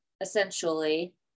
essentially